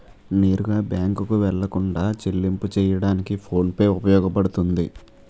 నేరుగా బ్యాంకుకు వెళ్లకుండా చెల్లింపు చెయ్యడానికి ఫోన్ పే ఉపయోగపడుతుంది